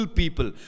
people